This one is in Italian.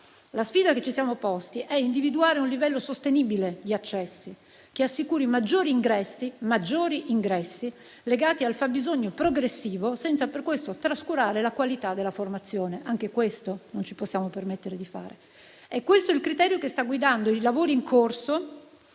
La sfida che ci siamo posti è individuare un livello sostenibile degli accessibili che assicuri maggiori ingressi legati al fabbisogno progressivo, senza per questo trascurare la qualità della formazione. Non ci possiamo permettere di fare neanche questo. Questo è il criterio che sta guidando i lavori in corso